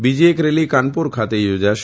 બીજી એક રેલી કાનપુર ખાતે યોજાશે